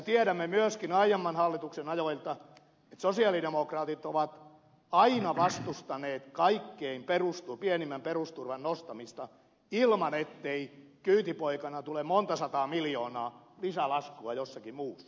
tiedämme myöskin aiemman hallituksen ajoilta että sosialidemokraatit ovat aina vastustaneet kaikkein pienimmän perusturvan nostamista ilman ettei kyytipoikana tule monta sataa miljoonaa lisälaskua jossakin muussa